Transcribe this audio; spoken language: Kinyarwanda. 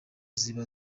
ziba